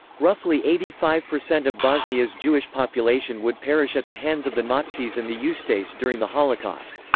roughly eighty five percent of bosnia's jewish population would perish at the hands of the nazis and the ustase during the holocaust.